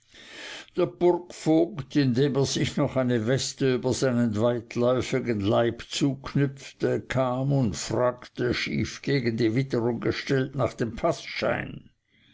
der burgvogt indem er sich noch eine weste über seinen weitläufigen leib zuknüpfte kam und fragte schief gegen die witterung gestellt nach dem